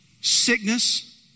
sickness